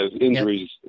injuries